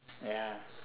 ya